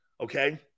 okay